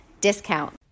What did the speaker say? discount